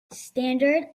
standard